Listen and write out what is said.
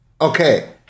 Okay